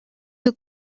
you